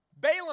Balaam